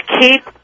keep